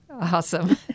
Awesome